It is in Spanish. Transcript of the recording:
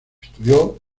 estudió